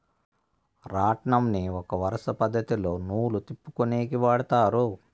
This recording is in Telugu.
రాట్నంని ఒక వరుస పద్ధతిలో నూలు తిప్పుకొనేకి వాడతారు